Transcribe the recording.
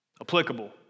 Applicable